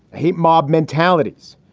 hate mob mentalities,